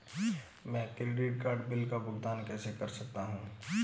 मैं credit card bill का भुगतान कैसे कर सकता हूं?